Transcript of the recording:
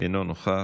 אינו נוכח.